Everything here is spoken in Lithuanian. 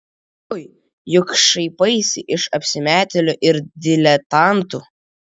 ui juk šaipaisi iš apsimetėlių ir diletantų